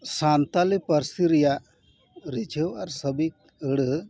ᱥᱟᱱᱛᱟᱲᱤ ᱯᱟᱹᱨᱥᱤ ᱨᱮᱭᱟᱜ ᱨᱤᱡᱷᱟᱹᱣ ᱟᱨ ᱥᱟᱹᱵᱤᱠ ᱟᱹᱲᱟᱹ